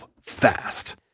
fast